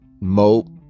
mope